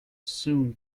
soon